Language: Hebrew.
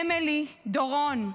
אמילי ודורון.